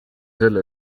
selle